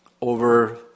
over